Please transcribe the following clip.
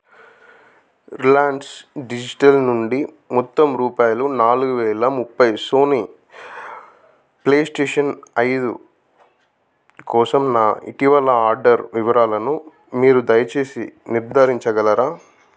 Reliance Digital నుండి మొత్తం రూపాయలు నాలుగు వేల ముప్పై సోనీ ప్లే స్టేషన్ ఐదు కోసం నా ఇటీవల ఆర్డర్ వివరాలను మీరు దయచేసి నిర్ధారించగలరా